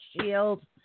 Shield